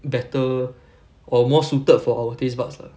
better or more suited for our taste buds lah